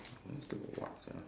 then got what sia